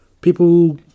people